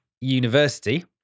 university